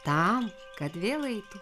tam kad vėl eitų